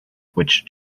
which